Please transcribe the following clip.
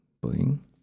Bling